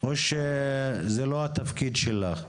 או שזה לא התפקיד שלך?